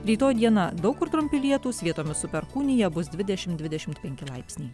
rytoj dieną daug kur trumpi lietūs vietomis su perkūnija bus dvidešim dvidešim penki laipsniai